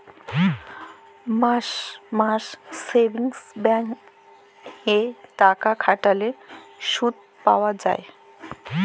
মাস মাস savings bank এ টাকা খাটাল্যে শুধ পাই যায়